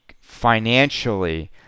financially